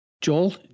Joel